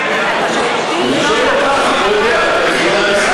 אני שואל אותך, אני לא יודע.